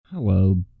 Hello